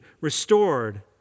restored